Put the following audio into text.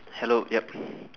hello yup